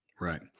Right